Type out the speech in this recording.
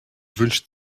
wünscht